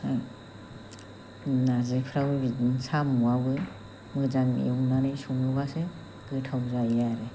नारजिफ्राबो बिदिनो साम'आबो मोजां एवनानै सङोबासो गोथाव जायो आरो